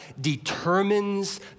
determines